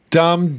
dumb